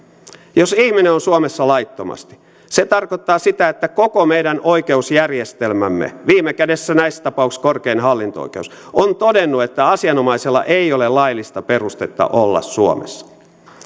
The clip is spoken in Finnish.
jos ihminen on suomessa laittomasti se tarkoittaa sitä että koko meidän oikeusjärjestelmämme viime kädessä näissä tapauksissa korkein hallinto oikeus on todennut että asianomaisella ei ole laillista perustetta olla suomessa